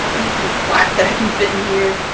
anything flat that i can fit in here.